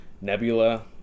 Nebula